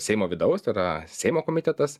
seimo vidaus tai yra seimo komitetas